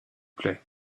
plait